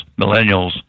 millennials